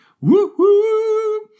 Woo-hoo